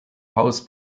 haus